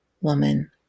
woman